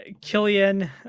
Killian